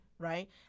Right